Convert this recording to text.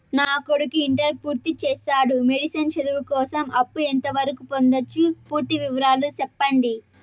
నా కొడుకు ఇంటర్ పూర్తి చేసాడు, మెడిసిన్ చదువు కోసం అప్పు ఎంత వరకు పొందొచ్చు? పూర్తి వివరాలు సెప్పండీ?